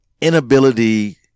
inability